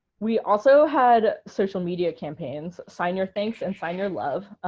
we also had social media campaigns, signyourthanks and signyourlove,